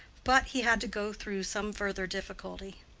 but he had to go through some further difficulty.